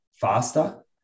faster